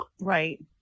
Right